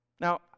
Now